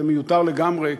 זה מיותר לגמרי,